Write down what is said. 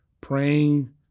praying